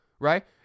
right